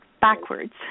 backwards